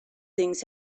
things